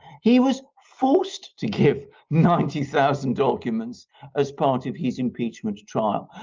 he was forced to give ninety thousand documents as part of his impeachment trial.